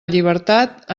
llibertat